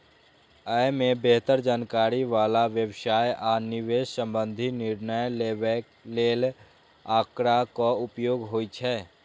अय मे बेहतर जानकारी बला व्यवसाय आ निवेश संबंधी निर्णय लेबय लेल आंकड़ाक उपयोग होइ छै